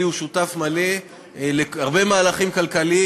אלי הוא שותף מלא להרבה מהלכים כלכליים,